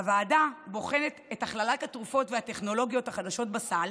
הוועדה בוחנת את הכללת התרופות והטכנולוגיות החדשות בסל